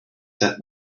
set